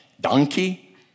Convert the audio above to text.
donkey